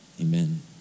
Amen